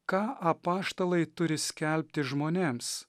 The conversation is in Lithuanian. ką apaštalai turi skelbti žmonėms